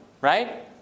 right